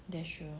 that's true